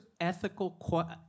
ethical